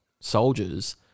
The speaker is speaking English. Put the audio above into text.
soldiers